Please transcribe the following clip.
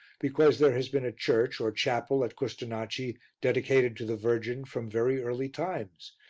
because there has been church or chapel at custonaci dedicated to the virgin from very early times,